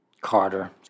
Carter